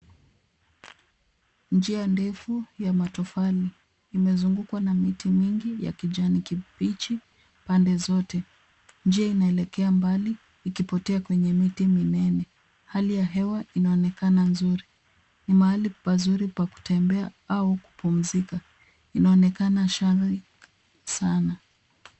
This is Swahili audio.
Njia ndefu ya matofali imezungukwa na miti mingi ya kijani kibichi pande zote. Njia inaelekea mbali ikipotea kwenye miti minene. Hali ya hewa inaonekana nzuri. Ni mahali pazuri pa kutembea au kupumzika. Inaonekana shwari sana.